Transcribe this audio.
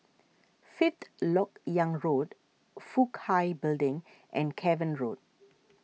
Fifth Lok Yang Road Fook Hai Building and Cavan Road